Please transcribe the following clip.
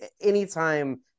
Anytime